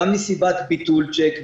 גם מסיבת ביטול צ'ק,